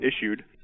issued